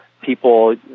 people